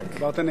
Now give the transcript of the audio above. דיברת נהדר.